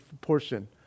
portion